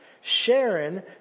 Sharon